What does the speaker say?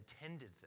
intended